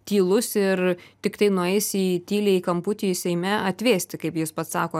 tylus ir tiktai nueisi į tyliai kamputy seime atvėsti kaip jis pats sako